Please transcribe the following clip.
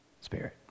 spirit